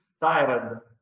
tired